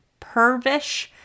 pervish